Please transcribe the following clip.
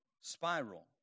spiral